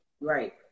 Right